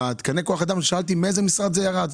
תקני כוח אדם, שאלתי מאיזה משרד הם ירדו.